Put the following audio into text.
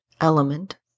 element